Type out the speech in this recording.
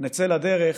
ונצא לדרך.